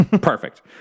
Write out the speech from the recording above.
Perfect